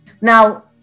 Now